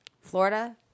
Florida